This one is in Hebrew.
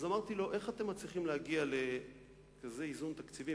אז אמרתי לו: איך אתם מצליחים להגיע לכזה איזון בתקציבים?